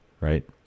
right